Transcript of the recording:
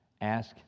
ask